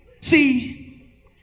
See